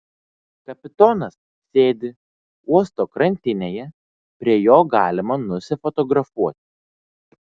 kapitonas sėdi uosto krantinėje prie jo galima nusifotografuoti